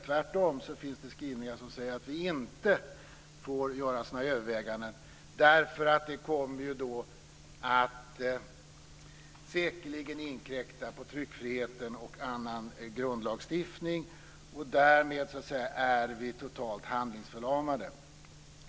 Tvärtom finns det skrivningar som säger att vi inte får göra sådana överväganden därför att det då säkerligen kommer att inkräkta på tryckfriheten och annan grundlagsstiftning. Därmed är vi totalt handlingsförlamade.